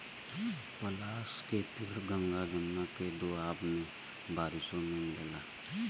पलाश के पेड़ गंगा जमुना के दोआब में बारिशों से मिलला